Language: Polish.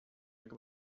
jak